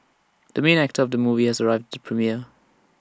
the main actor of the movie has arrived at the premiere